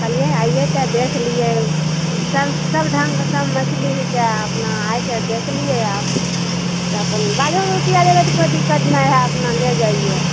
कहलिए अइए तऽ देख लिए सब ढंगके सब मछली हीकै अपना आबिके देख लिए आ तऽ अपना बादोमे रूपैआ देबै तऽ कोइ दिक्कत नहि होयत अपना लऽ जइयै